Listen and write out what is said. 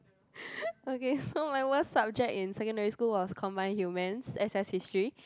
okay so my worse subject in secondary school was combined Humans S_S History